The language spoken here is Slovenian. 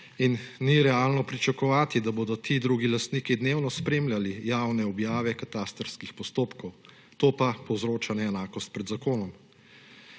In ni realno pričakovati, da bodo ti drugi lastniki dnevno spremljali javne objave katastrskih postopkov; to pa povzroča neenakost pred zakonom.